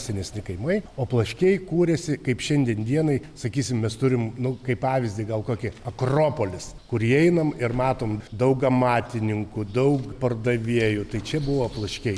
senesni kaimai o plaškiai kūrėsi kaip šiandien dienai sakysim mes turim nu kaip pavyzdį gal kokį akropolis kur įeinam ir matom daug amatininkų daug pardavėjų tai čia buvo plaškiai